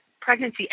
pregnancy